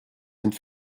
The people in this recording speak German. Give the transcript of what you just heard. sind